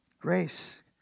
Grace